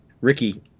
Ricky